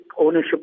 ownership